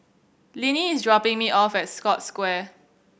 Linnie is dropping me off at Scotts Square